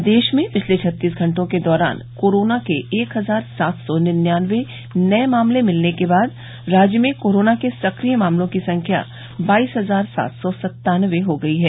प्रदेश में पिछले छत्तीस घंटों के दौरान कोरोना के एक हजार सात सौ निन्यानबे नये मामले मिलने के साथ राज्य में कोरोना के सक्रिय मामलों की संख्या बाईस हजार सात सौ सन्तानबे हो गई है